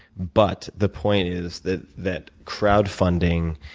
but the point is that that crowdfunding,